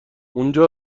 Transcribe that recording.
اونجا